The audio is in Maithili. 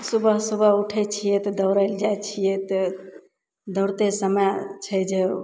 सुबह सुबह उठय छियै तऽ दौड़य लै जाइ छियै तऽ दौड़ते समय छै जे